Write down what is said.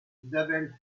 isabelle